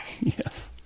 Yes